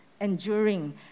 enduring